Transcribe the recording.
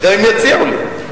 גם אם יציעו לי.